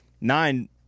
nine